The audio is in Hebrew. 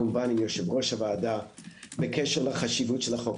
כמובן עם יושב-ראש הוועדה בקשר לחשיבות החוק.